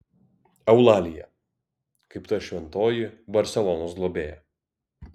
eulalija kaip ta šventoji barselonos globėja